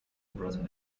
brought